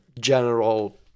general